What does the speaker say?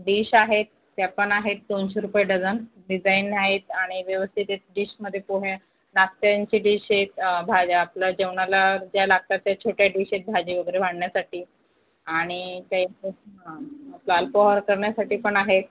dish आहेत त्या पण आहेत दोनशे रुपये डझन डिजाइन आहेत आणि व्यवस्थित डिशमध्ये पोहे नाश्त्यांची डिश आहेत भाज्या आपलं जेवणाला ज्या लागतात त्या छोट्या डिश आहेत भाजी वगैरे वाढण्यासाठी आणि ते आपलं अल्पोपाहार करण्यासाठी पण आहेत